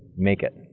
make it.